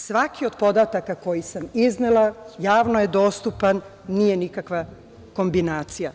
Svaki od podataka koji sam iznela, javno je dostupan, nije nikakva kombinacija.